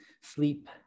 sleep